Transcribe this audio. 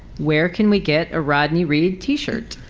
where can we get a rodney reed t-shirt?